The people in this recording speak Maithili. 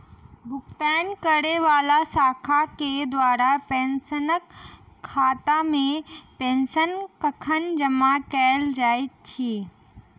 भुगतान करै वला शाखा केँ द्वारा पेंशनरक खातामे पेंशन कखन जमा कैल जाइत अछि